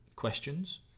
questions